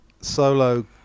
Solo